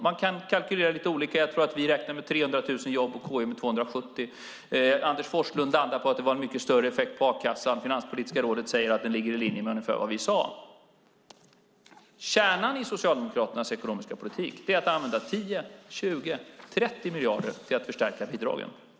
Man kan kalkylera lite olika; jag tror att vi räknar med 300 000 jobb och KI med 270 000. Anders Forslund landar på att det var en mycket större effekt på a-kassan, och Finanspolitiska rådet säger att den ligger i linje med ungefär vad vi sade. Kärnan i Socialdemokraternas ekonomiska politik är att använda 10, 20, 30 miljarder till att förstärka bidragen.